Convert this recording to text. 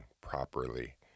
properly